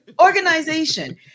organization